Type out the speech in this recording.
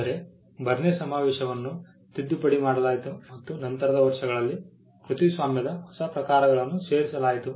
ಆದರೆ ಬರ್ನ್ ಸಮಾವೇಶವನ್ನು ತಿದ್ದುಪಡಿ ಮಾಡಲಾಯಿತು ಮತ್ತು ನಂತರದ ವರ್ಷಗಳಲ್ಲಿ ಕೃತಿಸ್ವಾಮ್ಯದ ಹೊಸ ಪ್ರಕಾರಗಳನ್ನು ಸೇರಿಸಲಾಯಿತು